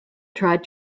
tried